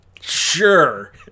Sure